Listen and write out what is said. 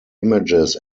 images